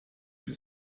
die